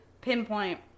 pinpoint